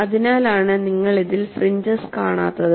അതിനാലാണ് നിങ്ങൾ ഇതിൽ ഫ്രിഞ്ചസ് കാണാത്തത്